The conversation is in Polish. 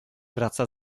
wraca